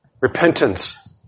repentance